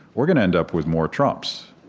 we're gonna end up with more trumps,